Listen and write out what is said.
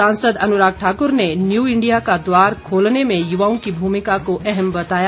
सांसद अनुराग ठाकुर ने new India का द्वार खोलने में युवाओं की भूमिका को अहम बताया